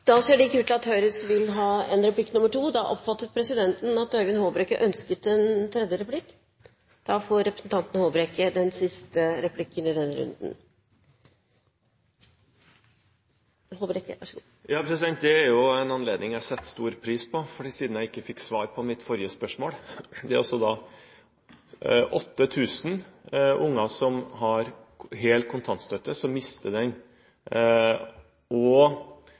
ser ikke ut til at Høyre skal ha en replikk nr. 2. Presidenten oppfattet at Øyvind Håbrekke ønsket en tredje replikk, og da får representanten Håbrekke den siste replikken i denne runden. Det er jo en anledning jeg setter stor pris på, siden jeg ikke fikk svar på mitt forrige spørsmål. Det er altså 8 000 unger som har hel kontantstøtte, som mister den, og